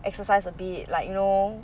exercise abit like you know